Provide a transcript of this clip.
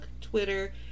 Twitter